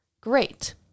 Great